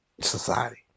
society